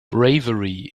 bravery